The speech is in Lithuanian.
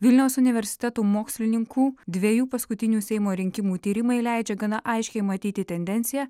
vilniaus universiteto mokslininkų dviejų paskutinių seimo rinkimų tyrimai leidžia gana aiškiai matyti tendenciją